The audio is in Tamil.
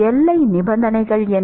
எல்லை நிபந்தனைகள் என்ன